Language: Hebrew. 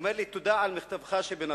הוא אומר לי: "תודה על מכתבך שבנדון".